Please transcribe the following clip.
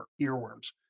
earworms